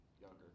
Younger